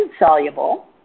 insoluble